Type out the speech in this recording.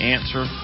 Answer